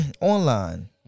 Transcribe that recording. online